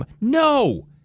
No